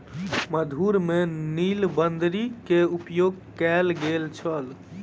मधुर में नीलबदरी के उपयोग कयल गेल छल